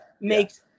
makes